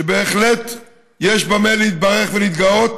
ובהחלט יש במה להתברך ולהתגאות?